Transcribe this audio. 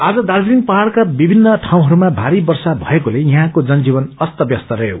आज दार्जीलिङ पहाङ्का विभिन्न ठाउँहरूमा भारी बर्षा भएकोले यहाँको जनजीवन अस्त व्यस्थ रहयो